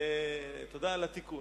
תודה על התיקון.